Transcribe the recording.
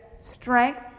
strength